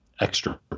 extra